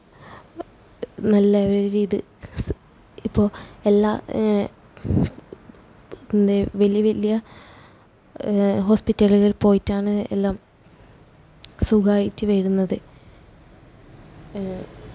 നല്ല ഒരിത് സ് ഇപ്പോൾ എല്ലാ നെ വലിയ വലിയ ഹോസ്പിറ്റലുകള് പോയിട്ടാണ് എല്ലാം സുഖമായിട്ടു വരുന്നത്